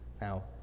Now